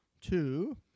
two